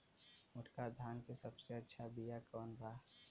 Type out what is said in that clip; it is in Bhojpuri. मोटका धान के सबसे अच्छा बिया कवन बा?